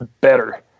better